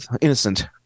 innocent